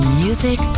music